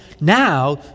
Now